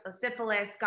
syphilis